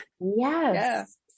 Yes